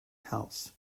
house